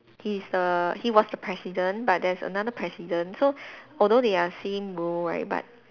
he is the he was the president but there's another president so although they are same role right but